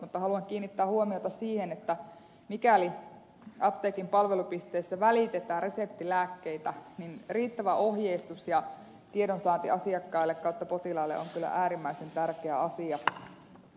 mutta haluan kiinnittää huomiota siihen että mikäli apteekin palvelupisteessä välitetään reseptilääkkeitä niin riittävä ohjeistus ja tiedonsaanti asiakkaalle potilaalle on kyllä äärimmäisen tärkeä asia